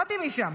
באתי משם.